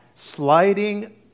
Sliding